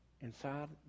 inside